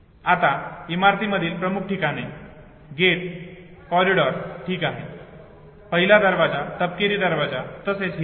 आता इमारती मधील प्रमुख ठिकाणे गेट कॉरीडोर ठीक आहे पहिला दरवाजा तपकिरी दरवाजा तसच हिरवळ